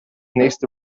nächste